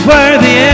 Worthy